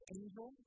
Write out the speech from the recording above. angel